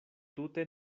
tute